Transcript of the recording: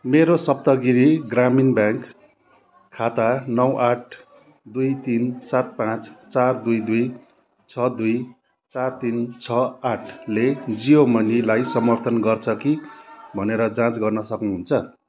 मेरो सप्तगिरी ग्रामीण ब्याङ्क खाता नौ आठ दुई तिन सात पाँच चार दुई दुई छ दुई चार तिन छ आठ ले जियो मनीलाई समर्थन गर्छ कि भनेर जाँच गर्न सक्नुहुन्छ